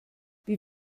wie